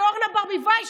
ואורנה ברביבאי,